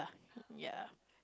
ya